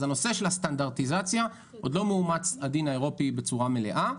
אז בנושא של הסטנדרטיזציה עוד לא מאומץ הדין האירופי בצורה מלאה,